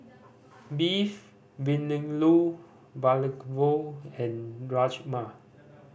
Beef Vindaloo and Rajma